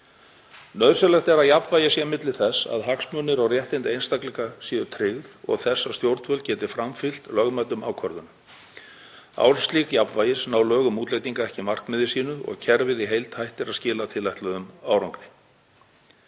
Nauðsynlegt er að jafnvægi sé milli þess að hagsmunir og réttindi einstaklinga séu tryggð og þess að stjórnvöld geti framfylgt lögmætum ákvörðunum. Án slíks jafnvægis ná lög um útlendinga ekki markmiði sínu og kerfið í heild hættir að skila tilætluðum árangri.